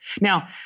Now